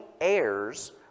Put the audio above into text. heirs